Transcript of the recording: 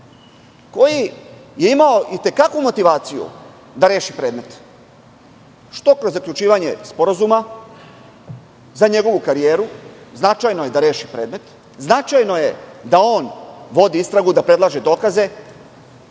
koji je imao i te kakvu motivaciju da reši predmet kroz zaključivanje sporazuma. Za njegovu karijeru je značajno da reši predmet, značajno je da on vodi istragu, da predlaže dokaze